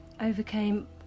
overcame